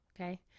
okay